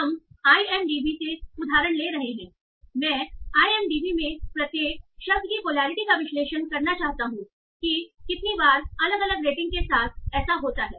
हम I M D B से उदाहरण ले रहे हैं मैं आईएमडीबी में प्रत्येक शब्द की पोलैरिटी का विश्लेषण करना चाहता हूं कि कितनी बार अलग अलग रेटिंग के साथ ऐसा होता है